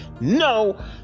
No